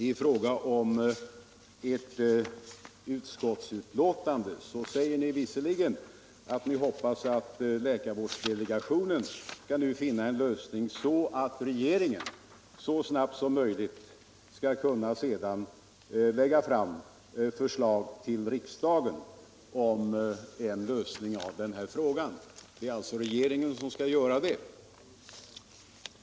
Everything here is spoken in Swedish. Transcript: I utskottsbetänkandet säger man visserligen att man hoppas att läkarvårdsdelegationen skall finna en lösning, men det är i alla fall regeringen som skall lägga fram ett förslag till riksdagen, vilket även framgår av skrivningen.